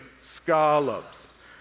scallops